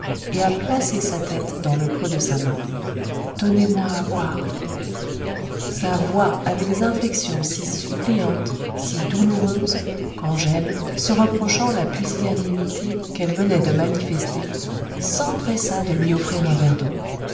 et à placer sa tête dans le creux de sa main donnez-moi à boire sa voix avait des inflexions si suppliantes si douloureuses qu'angèle se reprochant la pusillanimité qu'elle venait de manifester s'empressa de lui offrir un verre d'eau